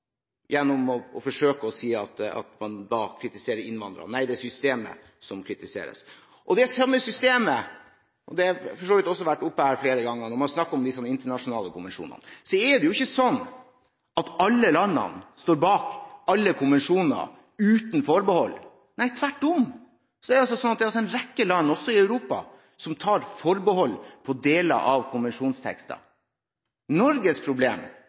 gjennom å forsøke å si at man kritiserer innvandrere. Nei, det er systemet som kritiseres. I det samme systemet – det har for så vidt også vært oppe her flere ganger når man snakker om de internasjonale konvensjonene – er det jo ikke sånn at alle landene står bak alle konvensjoner uten forbehold. Nei, tvert om så tar en rekke land, også i Europa, forbehold på deler av konvensjonstekstene. Norges problem